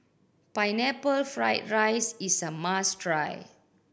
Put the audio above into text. Pineapple Fried rice is a must try